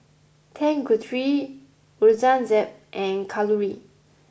Tanguturi Aurangzeb and Kalluri